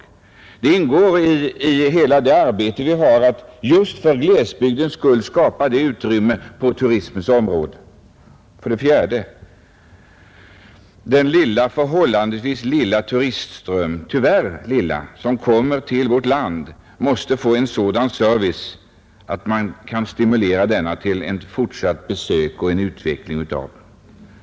I det arbete som vi där bedriver ingår också att för glesbygdens skull skapa utrymme för de existensmöjligheterna på turismens område. För det fjärde måste den tyvärr ganska lilla turistström som kommer till vårt land erbjudas sådan service att vi stimulerar turisterna till förnyade besök och förstärker resandeströmmen.